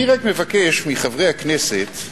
אני רק מבקש מחברי הכנסת